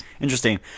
interesting